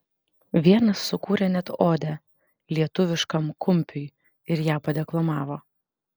vienas sukūrė net odę lietuviškam kumpiui ir ją padeklamavo